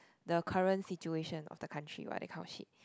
the current situation of the country right how shit